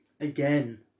again